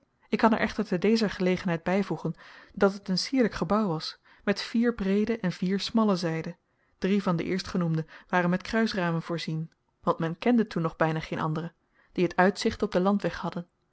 ik kan er echter te dezer gelegenheid bijvoegen dat het een sierlijk gebouw was met vier breede en vier smallere zijden drie van de eerstgenoemde waren met kruisramen voorzien want men kende toen nog bijna geene andere die het uitzicht op den landweg hadden